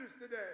today